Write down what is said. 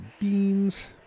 beans